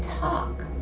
talk